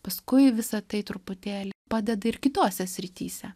paskui visą tai truputėlį padeda ir kitose srityse